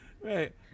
Right